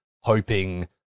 hoping